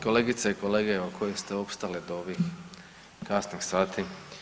Kolegice i kolege koji ste opstali do ovih kasnih sati.